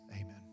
Amen